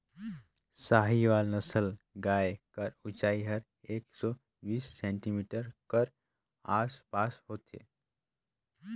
साहीवाल नसल गाय कर ऊंचाई हर एक सौ बीस सेमी कर आस पास होथे